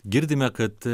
girdime kad